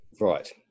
Right